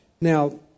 Now